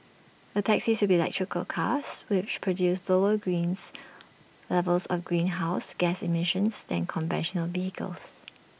the taxis will be electric cars which produce lower greens levels of greenhouse gas emissions than conventional vehicles